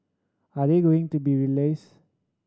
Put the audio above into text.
are they going to be rallies